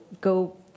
go